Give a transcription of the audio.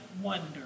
wonder